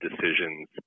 decisions